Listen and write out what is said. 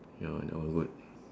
ya that one good